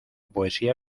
poesía